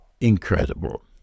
incredible